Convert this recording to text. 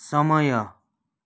समय